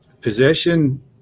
possession